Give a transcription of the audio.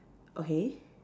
okay